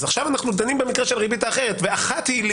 עכשיו אנחנו דנים במקרה של ריבית אחרת ואחת היא לי